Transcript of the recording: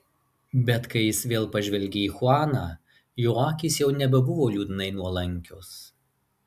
bet kai jis vėl pažvelgė į chuaną jo akys jau nebebuvo liūdnai nuolankios